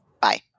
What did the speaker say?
Bye